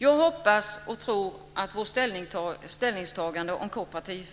Jag hoppas och tror att vårt ställningstagande om kooperativ